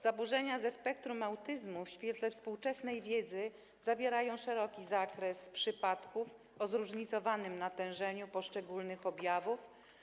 Zaburzenia ze spektrum autyzmu w świetle współczesnej wiedzy zawierają szeroki zakres przypadków o zróżnicowanym natężeniu poszczególnych objawów.